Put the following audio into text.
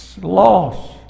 loss